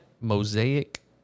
Mosaic